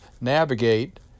navigate